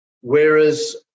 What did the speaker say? whereas